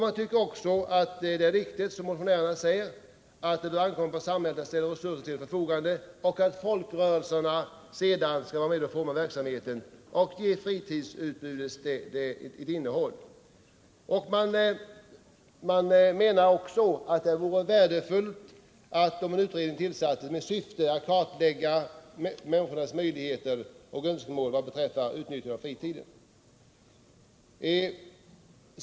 Man tycker också det är riktigt som motionärerna säger att det bör ankomma på samhället att ställa resurser till förfogande och att folkrörelserna sedan skall vara med och forma verksamheten och ge fritidsutbudet ett innehåll. Man menar vidare att det vore värdefullt om en utredning tillsattes med syfte att kartlägga människornas möjligheter och önskemål vad beträffar utnyttjande av fritiden.